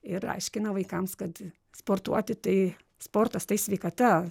ir aiškina vaikams kad sportuoti tai sportas tai sveikata